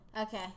Okay